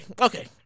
okay